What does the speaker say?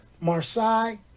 Marseille